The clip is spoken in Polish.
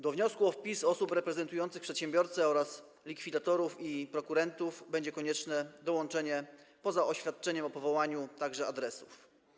Do wniosku o wpis osób reprezentujących przedsiębiorcę oraz likwidatorów i prokurentów będzie konieczne dołączenie, poza oświadczeniem o powołaniu, także adresów.